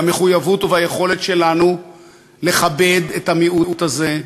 במחויבות וביכולת שלנו לכבד את המיעוט הזה,